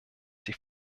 die